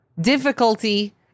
difficulty